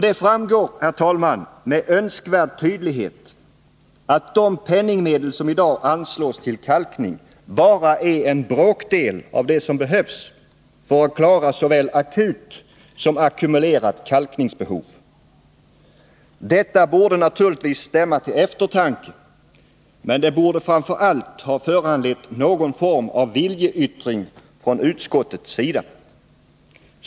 Det framgår, herr talman, med önskvärd tydlighet att de penningmedel som i dag anslås till kalkning bara är en bråkdel av det som behövs för att klara såväl akut som ackumulerat kalkningsbehov. Detta borde naturligtvis stämma till eftertanke, men det borde framför allt ha föranlett någon form av viljeyttring från utskottets sida.